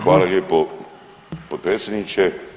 Hvala lijepo potpredsjedniče.